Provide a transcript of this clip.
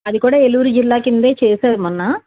అది కూడా ఏలూరు జిల్లా క్రిందే చేశారు మొన్న